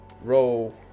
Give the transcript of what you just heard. Roll